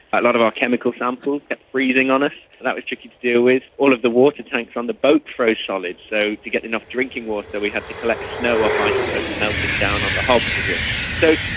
a lot of our chemical samples kept freezing on us, so ah that was tricky to deal with. all of the water tanks on the boat froze solid, so to get enough drinking water we had to collect snow off ice floes and melt it down on the hob to to drink. so,